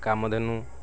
Kamdhenu